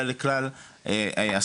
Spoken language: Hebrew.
אלא לכלל הסטודנטים.